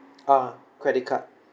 uh credit card